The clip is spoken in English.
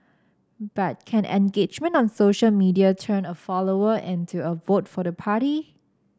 but can engagement on social media turn a follower into a vote for the party